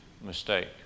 mistake